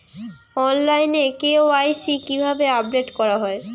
অনলাইনে কে.ওয়াই.সি কিভাবে আপডেট করা হয়?